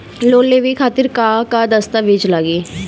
Loan लेवे खातिर का का दस्तावेज लागी?